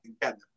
together